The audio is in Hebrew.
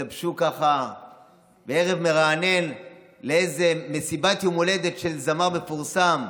התלבשו ככה בערב מרענן לאיזו מסיבת יום הולדת של זמר מפורסם.